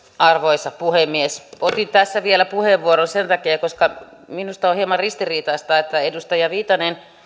arvoisa puhemies otin tässä vielä puheenvuoron sen takia koska minusta on hieman ristiriitaista että edustaja viitanen